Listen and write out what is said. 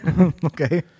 Okay